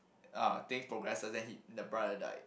uh things progresses then he the brother died